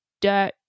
dirt